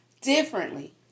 differently